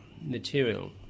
material